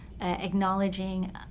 acknowledging